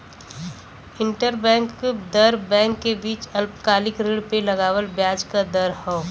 interbank दर bank के बीच अल्पकालिक ऋण पे लगावल ब्याज क दर हौ